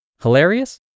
Hilarious